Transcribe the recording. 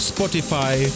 Spotify